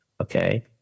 Okay